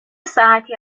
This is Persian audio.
ساعتی